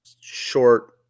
short